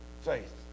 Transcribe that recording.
Faith